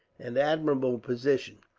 an admirable position.